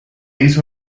hizo